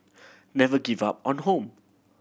never give up on home